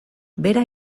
bera